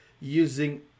using